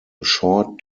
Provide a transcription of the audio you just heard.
short